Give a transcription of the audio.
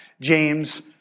James